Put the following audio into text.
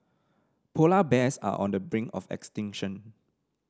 polar bears are on the brink of extinction